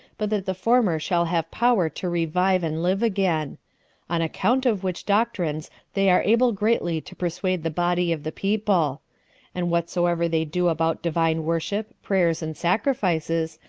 but that the former shall have power to revive and live again on account of which doctrines they are able greatly to persuade the body of the people and whatsoever they do about divine worship, prayers, and sacrifices,